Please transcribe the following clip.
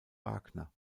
wagner